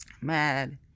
mad